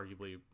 arguably